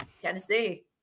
Tennessee